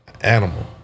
Animal